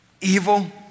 Evil